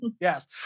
Yes